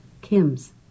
Kim's